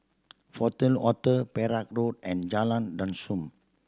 Fortuna Hotel Perak Road and Jalan Dusun